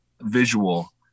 visual